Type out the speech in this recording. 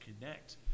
connect